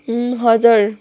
हजुर